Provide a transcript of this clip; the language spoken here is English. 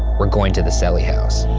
we're going to the sallie house.